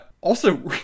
Also-